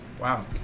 Wow